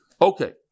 Okay